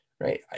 Right